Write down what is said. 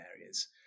areas